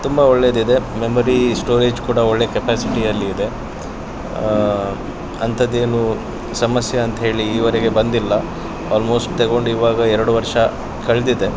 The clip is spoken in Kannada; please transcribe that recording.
ತುಂಬ ಒಳ್ಳೆಯದಿದೆ ಮೆಮೊರಿ ಸ್ಟೋರೇಜ್ ಕೂಡ ಒಳ್ಳೆ ಕೆಪ್ಯಾಸಿಟಿಯಲ್ಲಿದೆ ಅಂಥದ್ದೇನು ಸಮಸ್ಯೆ ಅಂಥೇಳಿ ಈವರೆಗೆ ಬಂದಿಲ್ಲ ಆಲ್ಮೋಸ್ಟ್ ತಗೊಂಡು ಇವಾಗ ಎರಡು ವರ್ಷ ಕಳೆದಿದೆ